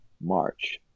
march